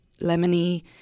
lemony